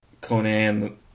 Conan